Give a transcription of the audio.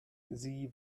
sie